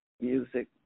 music